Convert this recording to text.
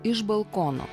iš balkono